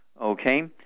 okay